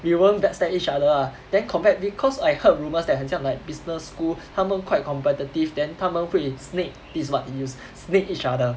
we won't backstab each other lah then compared because I heard rumors that 很像 like business school 他们 quite competitive then 他们会 snake this is what I use snake each other